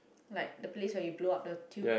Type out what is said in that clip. like the place where you blow up the tube